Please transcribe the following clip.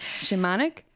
Shamanic